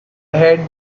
head